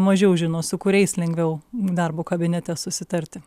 mažiau žino su kuriais lengviau darbo kabinete susitarti